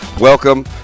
welcome